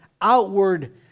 outward